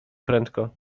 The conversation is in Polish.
prędko